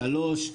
שלוש,